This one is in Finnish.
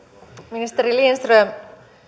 ministeri lindström